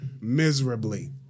miserably